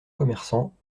commerçants